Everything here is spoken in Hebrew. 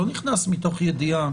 לא נכנס מתוך ידיעה